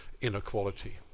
inequality